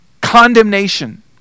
condemnation